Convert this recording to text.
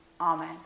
Amen